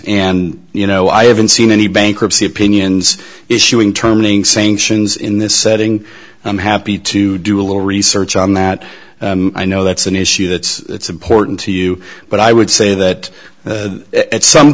and you know i haven't seen any bankruptcy opinions issuing terminating sanctions in this setting i'm happy to do a little research on that i know that's an issue that's that's important to you but i would say that at some